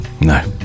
No